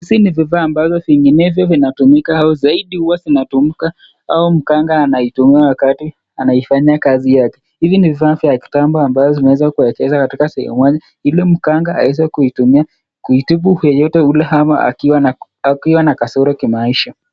Hizi ni vifaa ambavyo vinginevyo vinatumika au zaidi huwa zinatumika au mkanga anaitumia wakati anaifanyia kazi yake. Hivi ni vifaa vya kitambo ambavyo vimeweza kuwekezwa katika sehemu moja ili mkanga aweze kuitumia kuitibu yeyote yule ama akiwa na kasoro kimaisha.